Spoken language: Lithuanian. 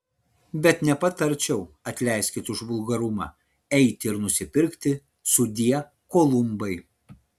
bet nepatarčiau atleiskit už vulgarumą eiti ir nusipirkti sudie kolumbai